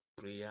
prayer